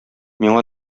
миңа